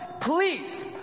Please